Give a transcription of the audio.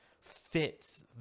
fits